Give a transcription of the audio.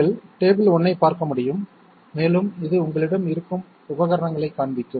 நீங்கள் டேபிள் 1 ஐப் பார்க்க முடியும் மேலும் இது உங்களிடம் இருக்கும் உபகரணங்களைக் காண்பிக்கும்